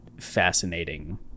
fascinating